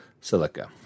Silica